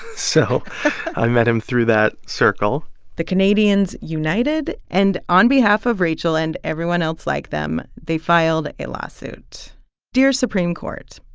so i met him through that circle the canadians united, and on behalf of rachel and everyone else like them, they filed a lawsuit dear supreme court,